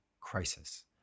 crisis